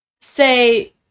say